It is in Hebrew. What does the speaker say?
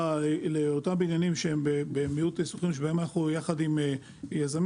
באותם בניינים שהם במיעוט שוכרים אנחנו יחד עם יזמים